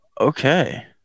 Okay